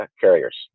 carriers